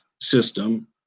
system